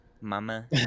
Mama